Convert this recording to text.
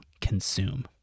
consume